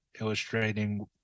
illustrating